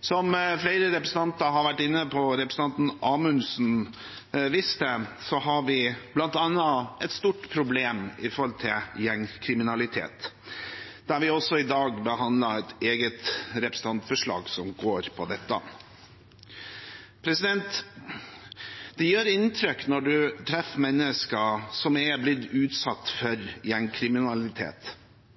Som flere representanter har vært inne på, og representanten Amundsen viste til, har vi bl.a. et stort problem når det gjelder gjengkriminalitet, der vi også i dag behandler et eget representantforslag som går på dette. Det gjør inntrykk når man treffer mennesker som har blitt utsatt